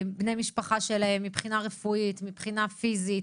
בני המשפחה שלהם מבחינה רפואית, מבחינה פיזית,